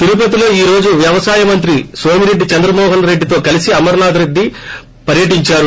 తిరుపతిలో ఈ రోజు వ్యవసాయ మంత్రి సోమిరెడ్డి చంద్రమోహన్ రెడ్డితో కలసీ అమర్పాథ్ రెడ్డి పర్వటించారు